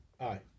Aye